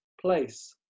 place